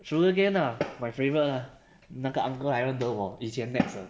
sugarcane ah my favourite lah 那个 uncle 还认得我以前 nex 的